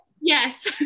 Yes